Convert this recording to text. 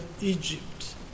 Egypt